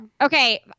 Okay